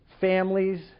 Families